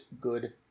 good